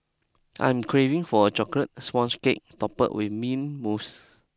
I'm craving for a chocolate sponge cake topped with mint mousse